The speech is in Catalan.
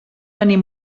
venir